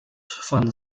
von